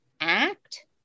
act